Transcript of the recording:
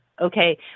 Okay